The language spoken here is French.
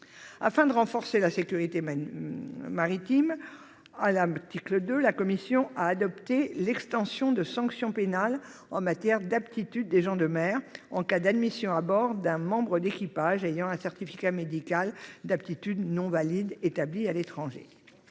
Afin de renforcer la sécurité maritime, la commission a également adopté, à l'article 2, l'extension des sanctions pénales en matière d'aptitude des gens de mer au cas d'admission à bord d'un membre d'équipage ayant un certificat médical d'aptitude non valide établi à l'étranger.